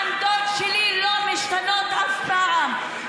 העמדות שלי לא משתנות אף פעם.